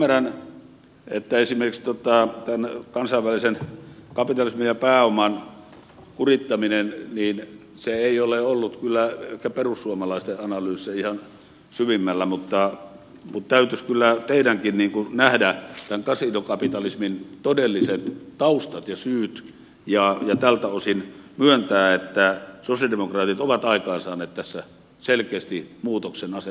minä ymmärrän että esimerkiksi tämän kansainvälisen kapitalismin ja pääoman kurittaminen ei ole ollut kyllä ehkä perussuomalaisten analyysissä ihan syvimmällä mutta täytyisi kyllä teidänkin nähdä tämän kasinokapitalismin todelliset taustat ja syyt ja tältä osin myöntää että sosialidemokraatit ovat aikaansaaneet tässä selkeästi muutoksen asennoitumisessa